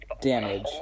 damage